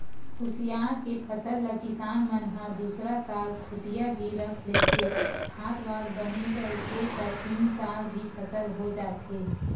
कुसियार के फसल ल किसान मन ह दूसरा साल खूटिया भी रख लेथे, खाद वाद बने डलथे त तीन साल भी फसल हो जाथे